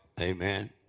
amen